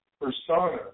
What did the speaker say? persona